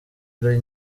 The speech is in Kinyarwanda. ari